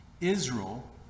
Israel